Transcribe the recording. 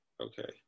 Okay